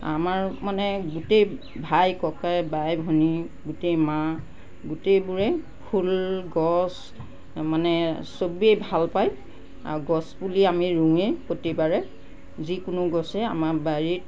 আমাৰ মানে গোটেই ভাই ককাই বাই ভনী গোটেই মা গোটেইবোৰে ফুল গছ মানে চবেই ভালপায় আৰু গছ পুলি আমি ৰোৱে প্ৰতিবাৰে যিকোনো গছে আমাৰ বাৰীত